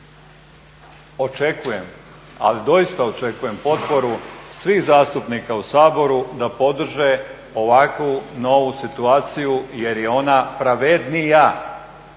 očekujem ali doista očekujem potporu svih zastupnika u Saboru da podrže ovakvu novu situaciju jer je ona pravednija